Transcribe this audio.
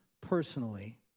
personally